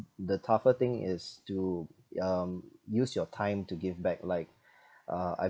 the tougher thing is to um use your time to give back like uh I